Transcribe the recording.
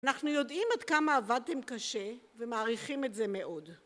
אנחנו יודעים עד כמה עבדתם קשה ומעריכים את זה מאוד.